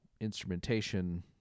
instrumentation